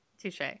touche